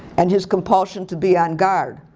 and his compulsion to be on guard.